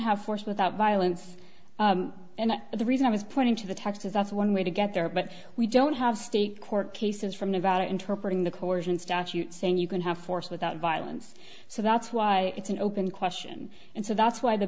have force without violence and the reason i was pointing to the text is that's one way to get there but we don't have state court cases from nevada interpreting the coersion statute saying you can have force without violence so that's why it's an open question and so that's why the